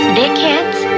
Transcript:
dickheads